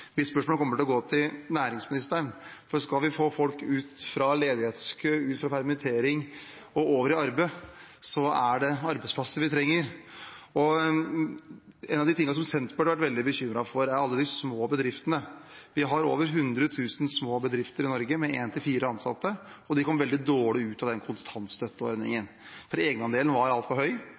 Mitt spørsmål kommer til å gå til næringsministeren, for skal vi få folk ut fra ledighetskø, ut fra permittering og over i arbeid, er det arbeidsplasser vi trenger. Senterpartiet har bl.a. vært veldig bekymret for alle de små bedriftene. Vi har over 100 000 små bedrifter i Norge med 1–4 ansatte, og de kom veldig dårlig ut av kontantstøtteordningen, for egenandelen var altfor høy.